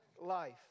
life